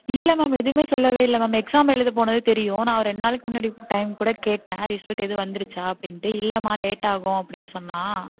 இல்லை மேம் எதுவுமே சொல்லவே இல்லை மேம் எக்ஸாம் எழுத போனது தெரியும் நான் ரெண்டு நாளைக்கு முன்னாடி டைம் கூட கேட்டேன் ரிசல்ட் எதுவும் வந்துடுச்சா அப்படின்ட்டு இல்லைம்மா லேட் ஆகும் அப்படின்னு சொன்னான்